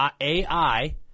AI